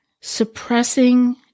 Suppressing